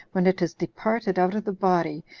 when it is departed out of the body,